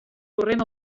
corrent